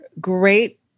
great